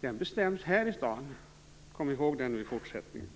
Den bestäms här i denna stad. Kom ihåg det i fortsättningen!